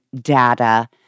data